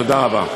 תודה רבה.